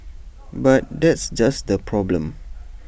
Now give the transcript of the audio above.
but that's just the problem